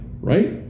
right